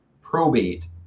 probate